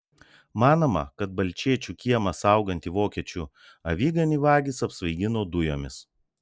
manoma kad balčėčių kiemą saugantį vokiečių aviganį vagys apsvaigino dujomis